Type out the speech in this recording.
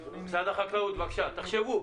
תחשבו.